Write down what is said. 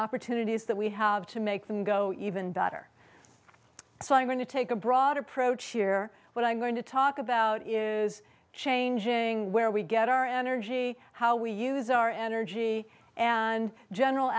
opportunities that we have to make them go even better so i'm going to take a broad approach here what i'm going to talk about is changing where we get our energy how we use our energy and general